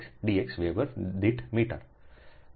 dx weber દીઠ metre